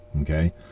Okay